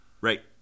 Right